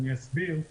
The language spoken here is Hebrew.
אני אסביר: